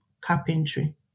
carpentry